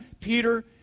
Peter